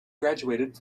graduated